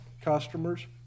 customers